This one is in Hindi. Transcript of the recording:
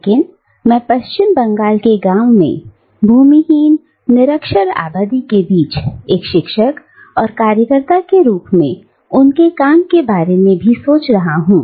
लेकिन मैं पश्चिम बंगाल के गांव में भूमिहीन निरक्षर आबादी के बीच एक शिक्षक और कार्यकर्ता के रूप में उनके काम के बारे में भी सोच रहा हूं